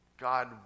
God